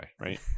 right